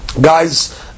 Guy's